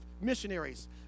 missionaries